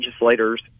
legislators